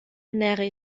ernähre